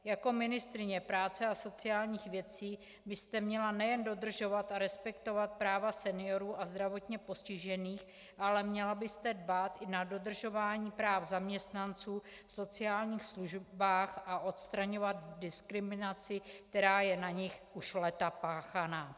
Jako ministryně práce a sociálních věcí byste měla nejen dodržovat a respektovat práva seniorů a zdravotně postižených, ale měla byste dbát i na dodržování práv zaměstnanců v sociálních službách a odstraňovat diskriminaci, která je na nich už léta páchána.